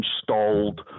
installed